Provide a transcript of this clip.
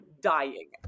dying